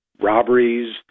robberies